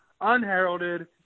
Unheralded